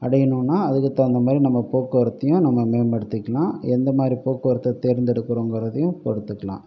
அடையணும்னா அதுக்கு தகுந்த மாதிரி நம்ம போக்குவரத்தையும் நம்ம மேம்படுத்திக்கலாம் எந்த மாதிரி போக்குவரத்தை தேர்ந்தெடுக்கிறோங்கறதையும் இப்போ எடுத்துக்கலாம்